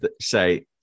say